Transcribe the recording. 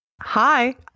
Hi